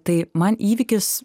tai man įvykis